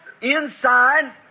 inside